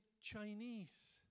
Chinese